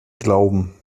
glauben